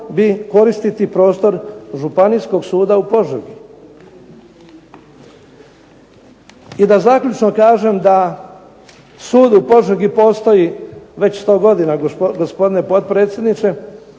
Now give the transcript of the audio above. koristiti prostor Županijskog suda u Požegi. I da zaključno kažem da sud u Požegi postoji već 100 godina. Gospodine potpredsjedniče